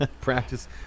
Practice